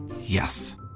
Yes